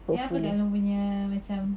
eh apa kak long punya macam